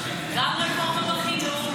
גם רפורמה בחינוך,